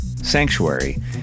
Sanctuary